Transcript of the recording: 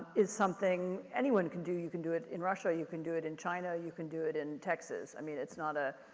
is something anyone can do. you can do it in russia. you can do it in china. you can do it in texas. i mean, it's not a,